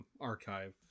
archive